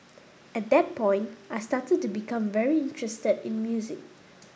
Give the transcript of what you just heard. at that point I started to become very interested in music